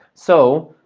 so,